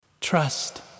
trust